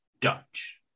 Dutch